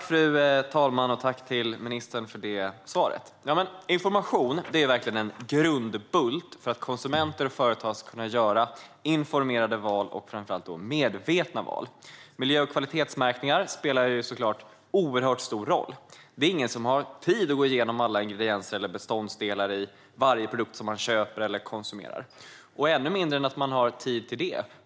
Fru talman! Tack, ministern, för svaret! Information är verkligen en grundbult för att konsumenter och företag ska kunna göra informerade och framför allt medvetna val. Miljö och kvalitetsmärkningar spelar såklart oerhört stor roll. Det är ingen som har tid att gå igenom alla ingredienser eller beståndsdelar i varje produkt man köper eller konsumerar. Och det är inte bara det att man inte har tid.